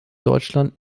deutschland